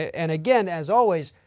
and again, as always,